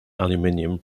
aluminium